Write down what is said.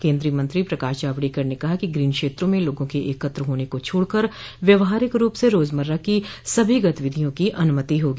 केन्द्रीय मंत्री प्रकाश जावड़ेकर ने कहा कि ग्रीन क्षेत्रों में लोगों के एकत्र होने को छोड़कर व्यवहारिक रूप से रोजमर्रा की सभी गतिविधियों की अनुमति होगी